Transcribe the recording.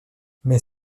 mais